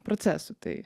procesų tai